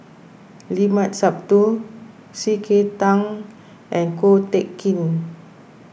Limat Sabtu C K Tang and Ko Teck Kin